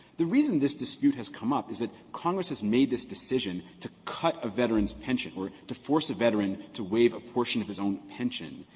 the reason this dispute has come up is that congress has made this decision to cut a veteran's pension or to force a veteran to waive a portion of his own pension,